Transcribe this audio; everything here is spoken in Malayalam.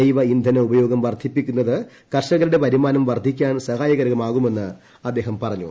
ജൈവ ഇന്ധന ഉപയോഗം വർദ്ധിപ്പിക്കുന്നത് കർഷകരുടെ വരുമാനം വർദ്ധിക്കാൻ സഹായകരമാകുമെന്ന് അദ്ദേഹം പറഞ്ഞു